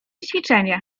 ćwiczenie